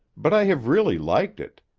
but i have really liked it.